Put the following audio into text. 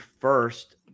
first